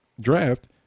draft